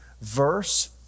verse